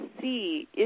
see